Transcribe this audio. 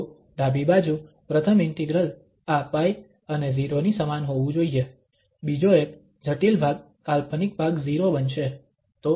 તો ડાબી બાજુ પ્રથમ ઇન્ટિગ્રલ આ π અને 0 ની સમાન હોવું જોઈએ બીજો એક જટિલ ભાગ કાલ્પનિક ભાગ 0 બનશે